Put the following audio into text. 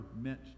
meant